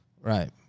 Right